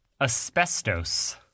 Asbestos